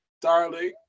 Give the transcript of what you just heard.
darling